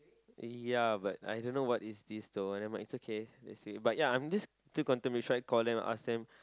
ya but I don't know what is this though never mind it's okay let see but ya I'm just still contemplating I should call them and ask them